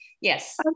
yes